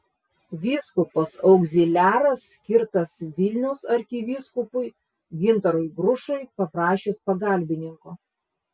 vyskupas augziliaras skirtas vilniaus arkivyskupui gintarui grušui paprašius pagalbininko